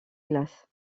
glace